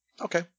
okay